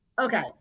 Okay